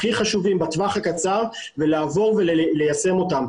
הכי חשובים בטווח הקצר ולעבור וליישם אותם.